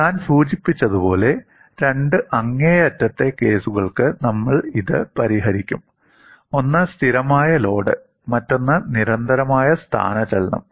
ഞാൻ സൂചിപ്പിച്ചതുപോലെ രണ്ട് അങ്ങേയറ്റത്തെ കേസുകൾക്ക് നമ്മൾ ഇത് പരിഹരിക്കും ഒന്ന് സ്ഥിരമായ ലോഡ് മറ്റൊന്ന് നിരന്തരമായ സ്ഥാനചലനം